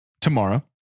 tomorrow